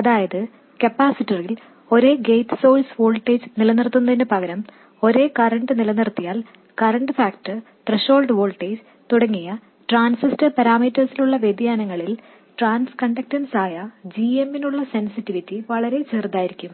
അതായത് കപ്പാസിറ്ററിൽ ഒരേ ഗേറ്റ് സോഴ്സ് വോൾട്ടേജ് നിലനിർത്തുന്നതിന് പകരം ഒരേ കറൻറ് നിലനിർത്തിയാൽ കറൻറ് ഫാക്ടർ ത്രഷോൾഡ് വോൾട്ടേജ് തുടങ്ങിയ ട്രാൻസിസ്റ്റർ പാരാമീറ്റേഴ്സിലുള്ള വ്യതിയാനങ്ങളിൽ ട്രാൻസ്കണ്ടക്ടൻസ് ആയ g m നുള്ള സെൻസിറ്റിവിറ്റി വളരേ ചെറുതായിരിക്കും